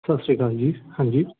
ਸਤਿ ਸ਼੍ਰੀ ਅਕਾਲ ਜੀ ਹਾਂਜੀ